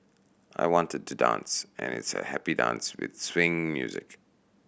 I wanted to dance and it's a happy dance with swing music